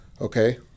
Okay